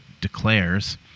declares